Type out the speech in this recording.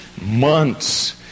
months